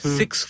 six